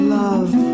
love